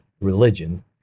religion